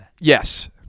Yes